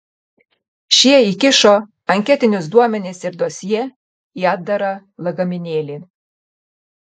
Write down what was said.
šie įkišo anketinius duomenis ir dosjė į atdarą lagaminėlį